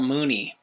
Mooney